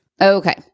Okay